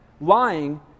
Lying